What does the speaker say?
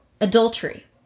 adultery